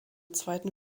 zweiten